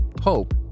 hope